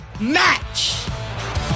match